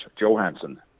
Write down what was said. Johansson